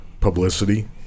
publicity